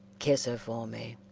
kiss her for me,